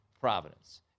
Providence